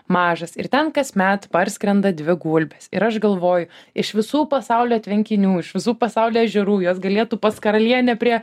mažas ir ten kasmet parskrenda dvi gulbės ir aš galvoju iš visų pasaulio tvenkinių iš visų pasaulio ežerų jos galėtų pas karalienę prie